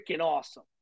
awesome